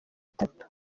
itatu